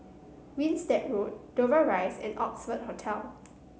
Winstedt Road Dover Rise and Oxford Hotel